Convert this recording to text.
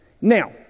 Now